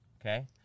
Okay